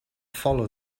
follow